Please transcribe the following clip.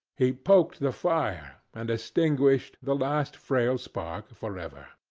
he poked the fire, and extinguished the last frail spark for ever.